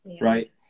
right